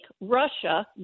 Russia